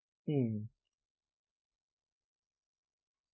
mm